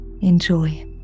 enjoy